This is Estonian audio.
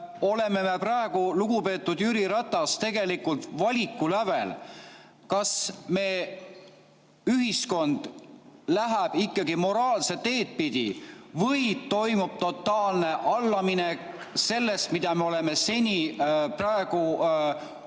oleme me praegu, lugupeetud Jüri Ratas, tegelikult valiku lävel, kas me ühiskond läheb ikkagi moraalset teed pidi või toimub totaalne allaminek sellest, mida me oleme seni oma